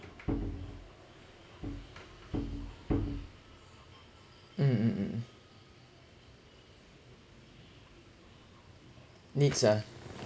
mm mm needs ah